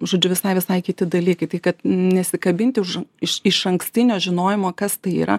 žodžiu visai visai kiti dalykai tai kad nesikabinti už iš išankstinio žinojimo kas tai yra